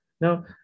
Now